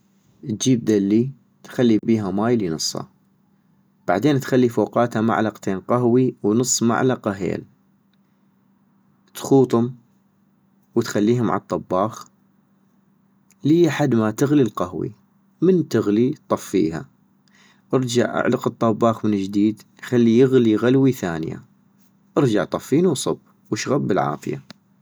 اتجيب دلي، تخلي بيها ماي لي نصا، بعدين تخلي فوقاتا معلقتين قهوي ونص معلقة هيل، تخوطم، وتخليهم عالطباخ، لي حد ما تغلي القهوي، من تغلي طفيها، ارجع اعلق الطباخ من جديد خلي يغلي غلوي ثانية، ارجع طفينو وصب، واشغب بالعافية